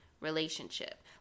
relationship